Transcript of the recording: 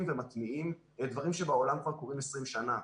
ומטמיעים דברים שבעולם כבר קורים 20 שנה,